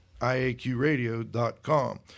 iaqradio.com